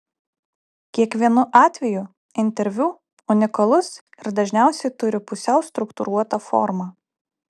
kiekvienu atveju interviu unikalus ir dažniausiai turi pusiau struktūruotą formą